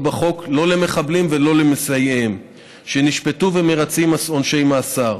בחוק לא למחבלים ולא למסייעיהם שנשפטו ומרצים עונשי מאסר.